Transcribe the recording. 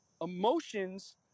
Emotions